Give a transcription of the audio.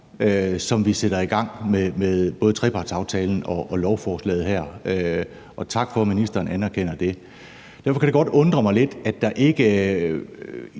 som vi sætter i gang med både trepartsaftalen og lovforslaget her, og tak for, at ministeren anerkender det. Derfor kan det godt undre mig lidt, at der ikke